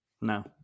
No